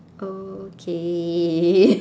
okay